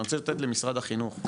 אני רוצה לתת למשרד החינוך.